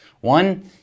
One